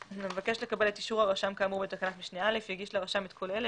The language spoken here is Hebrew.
המבקש לקבל את אישור הרשם כאמור בתקנת משנה (א) יגיש לרשם את כל אלה,